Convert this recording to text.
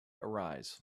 arise